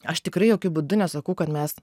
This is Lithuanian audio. aš tikrai jokiu būdu nesakau kad mes